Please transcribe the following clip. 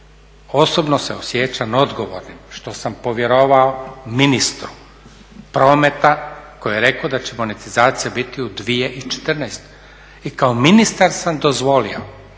osobno se osjećam odgovornim što sam povjerovao ministru prometa koji je rekao da će monetizacija biti u 2014.i kao ministar sam dozvolio